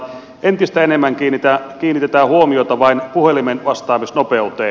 entistä enemmän kiinnitetään huomiota vain puhelimeenvastaamisnopeuteen